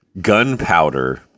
gunpowder